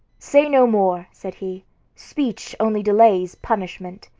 say no more, said he speech only delays punishment.